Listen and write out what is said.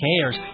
cares